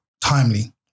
timely